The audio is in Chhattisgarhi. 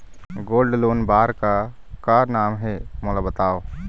गोल्ड लोन बार का का नेम हे, मोला बताव?